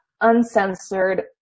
uncensored